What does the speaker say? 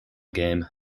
game